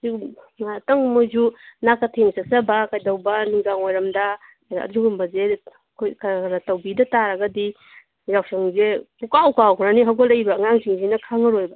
ꯁꯨꯝ ꯉꯥꯏꯍꯥꯛꯇꯪ ꯃꯣꯏꯁꯨ ꯅꯥꯀꯊꯦꯡ ꯆꯠꯆꯕ ꯀꯩꯗꯧꯕ ꯅꯨꯃꯤꯗꯥꯡ ꯋꯥꯏꯔꯝꯗ ꯑꯗꯨꯒꯨꯝꯕꯁꯦ ꯑꯩꯈꯣꯏ ꯈꯔ ꯈꯔ ꯇꯧꯕꯤꯗ ꯇꯥꯔꯒꯗꯤ ꯌꯥꯎꯁꯪꯁꯦ ꯄꯨꯛꯀꯥꯎ ꯀꯥꯎꯈ꯭ꯔꯅꯤ ꯍꯧꯒꯠꯂꯛꯏꯕ ꯑꯉꯥꯡꯁꯤꯡꯁꯤꯅ ꯈꯪꯉꯔꯣꯏꯕ